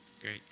Great